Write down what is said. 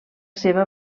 seva